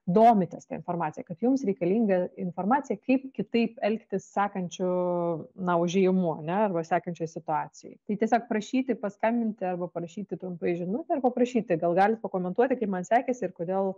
domitės ta informacija kad jums reikalinga informacija kaip kitaip elgtis sekančiu na užėjimu ane arba sekančioj situacijoj tai tiesiog prašyti paskambinti arba parašyti trumpąją žinutę ar paprašyti gal galit pakomentuoti kaip man sekėsi ir kodėl